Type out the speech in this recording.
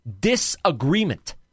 Disagreement